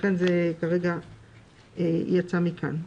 לכן כרגע זה יצא מכאן.